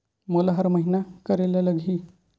मोला हर महीना करे ल लगही?